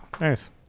nice